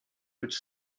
which